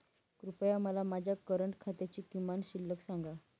कृपया मला माझ्या करंट खात्याची किमान शिल्लक सांगा